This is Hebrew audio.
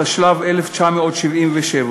התשל"ז 1977,